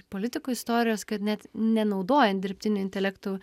politikų istorijos kad net nenaudojant dirbtinio intelekto